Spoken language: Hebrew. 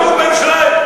בירושלים.